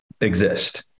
exist